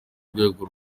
rwego